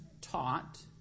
taught